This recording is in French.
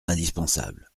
indispensable